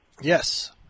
Yes